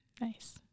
Nice